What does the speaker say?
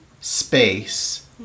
space